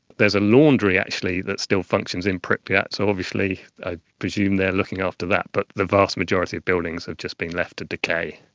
there is a laundry actually that still functions in pripyat, so obviously i presume they are looking after that, but the vast majority of buildings have just been left to decay.